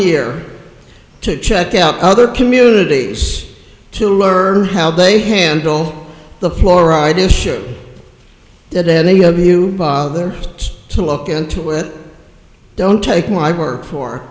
year to check out other community to learn how they handle the fluoride issue that any of you bother to look into it don't take my word for